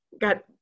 got